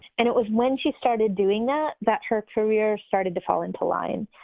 and it was when she started doing that, that her career started to fall into line.